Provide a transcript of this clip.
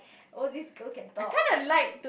oh this girl can talk